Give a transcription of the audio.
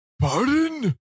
Pardon